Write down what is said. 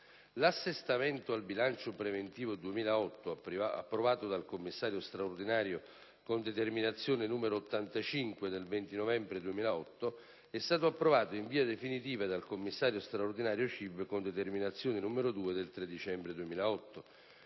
L'assestamento al bilancio preventivo 2008, approvato dal commissario straordinario con determinazione n. 85 del 20 novembre 2008, è stato approvato in via definitiva dal commissario straordinario del Consiglio di indirizzo